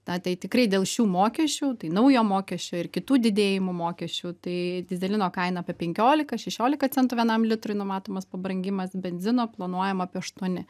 na tai tikrai dėl šių mokesčių tai naujo mokesčio ir kitų didėjimų mokesčių tai dyzelino kaina apie penkiolika šešiolika centų vienam litrui numatomas pabrangimas benzino planuojama apie aštuoni